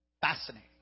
fascinating